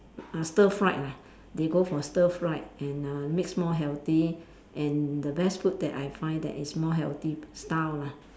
uh stir fried lah they go for stir fried and uh makes more healthy and the best food that I find that is more healthy style lah